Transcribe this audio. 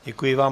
Děkuji vám.